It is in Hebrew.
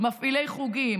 מפעילי חוגים,